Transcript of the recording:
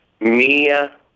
Mia